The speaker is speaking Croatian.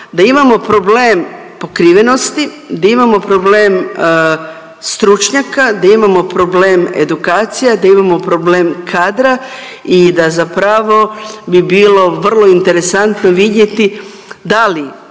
da imamo problem pokrivenosti, da imamo problem stručnjaka, da imamo problem edukacija, da imamo problem kadra i da zapravo bi bilo vrlo interesantno vidjeti da li